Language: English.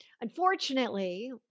Unfortunately